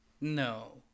No